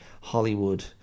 Hollywood